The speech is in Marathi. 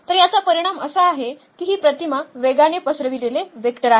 तर याचा परिणाम असा आहे की ही प्रतिमा वेगाने पसरविलेले वेक्टर आहेत